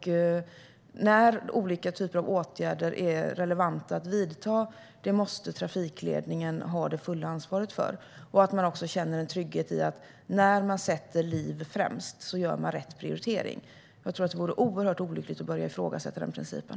Vilka olika typer av åtgärder som är relevanta att vidta när måste trafikledningen ha det fulla ansvaret för. Man ska också känna en trygghet i att man gör rätt prioritering när man sätter liv främst. Jag tror att det vore oerhört olyckligt att börja ifrågasätta den principen.